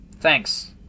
Thanks